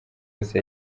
yose